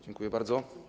Dziękuję bardzo.